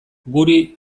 guri